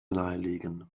nahelegen